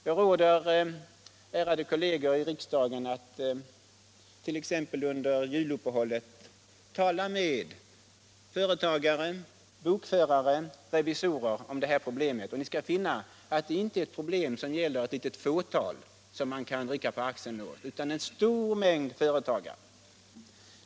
Jag råder ärade kolleger i riksdagen att t.ex. under juluppehållet tala med företagare, bokförare, revisorer om det här problemet. Ni skall finna att detta inte är ett problem som gäller ett litet fåtal och som man kan rycka på axlarna åt. Det gäller en stor mängd företagare.